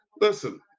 listen